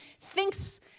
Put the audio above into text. thinks